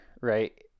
right